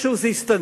איכשהו זה הסתנן.